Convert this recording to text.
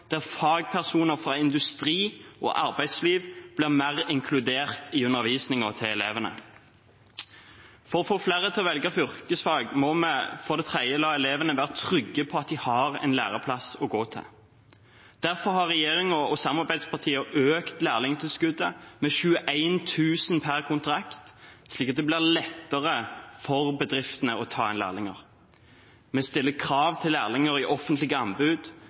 der fagpersoner fra industri og arbeidsliv blir mer inkludert i undervisningen til elevene. For å få flere til å velge yrkesfag må vi for det tredje la elevene være trygge på at de har en læreplass å gå til. Derfor har regjeringen og samarbeidspartiene økt lærlingtilskuddet med 21 000 kr per kontrakt, slik at det blir lettere for bedriftene å ta inn lærlinger. Vi stiller krav om lærlinger i offentlige anbud,